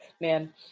Man